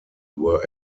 were